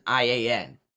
IAN